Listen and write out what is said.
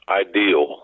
ideal